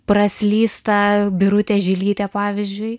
praslysta birutė žilytė pavyzdžiui